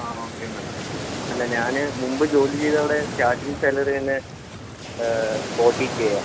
ആ okay madam അല്ല ഞാൻ മുമ്പ് ജോലി ചെയ്ത അവിടെ സ്റ്റാർട്ടിങ്ങ് സാലറി തന്നെ ഫോട്ടി കെയാണ്